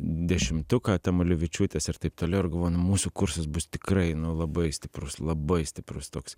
dešimtuką tamulevičiūtės ir taip toliau ir galvoju nu mūsų kursas bus tikrai nu labai stiprus labai stiprus toks